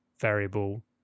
variable